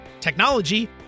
technology